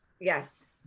Yes